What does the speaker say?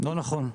לא נכון.